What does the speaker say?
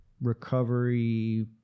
recovery